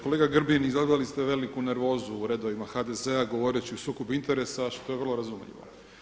Kolega Grbin izazvali ste veliku nervozu u redovima HDZ-a govoreći o sukobu interesa što je vrlo razumljivo.